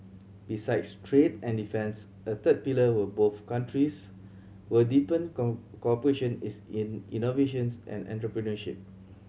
besides trade and defence a third pillar where both countries will deepen cooperation is in innovation and entrepreneurship